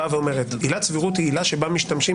היא באה ואומרת שעילת הסבירות היא עילה שבה משתמשים